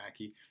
Wacky